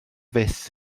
fyth